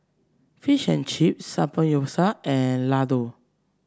Fish and Chips Samgeyopsal and Ladoo